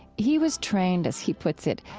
he was trained, as he puts it,